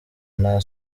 nta